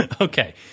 Okay